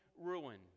ruin